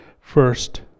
First